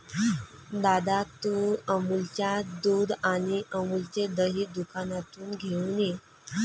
दादा, तू अमूलच्या दुध आणि अमूलचे दही दुकानातून घेऊन ये